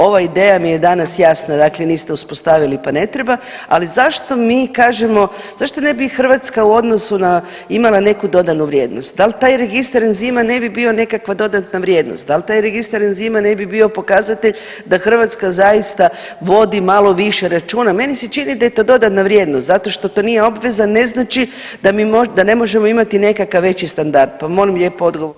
Ova ideja mi je danas jasna, dakle niste uspostavili pa ne treba ali zašto mi kažemo, zašto ne bi Hrvatska u odnosu na imala neku dodanu vrijednost, dal taj registar enzima ne bi bio nekakva dodatna vrijednost, dal taj registar enzima ne bi bio pokazatelj da Hrvatska zaista vodi malo više računa, meni se čini da je to dodana vrijednost zato što to nije obveza, ne znači da ne možemo imati nekakav veći standard, pa molim lijepo odgovor